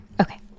Okay